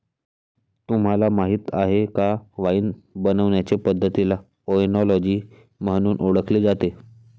तुम्हाला माहीत आहे का वाइन बनवण्याचे पद्धतीला ओएनोलॉजी म्हणून ओळखले जाते